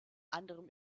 anderem